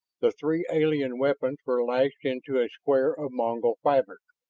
the three alien weapons were lashed into a square of mongol fabric,